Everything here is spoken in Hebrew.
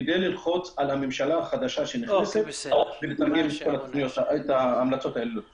ללחוץ על הממשלה החדשה שנכנסת לתרגם את ההמלצות האלה לתכניות.